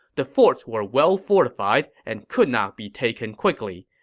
the forts were well fortified and could not be taken quickly.